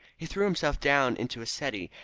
he threw himself down into a settee,